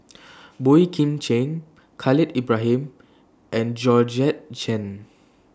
Boey Kim Cheng Khalil Ibrahim and Georgette Chen